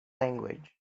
language